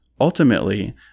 ultimately